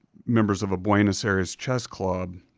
members of a buenos aires chess club,